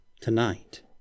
Tonight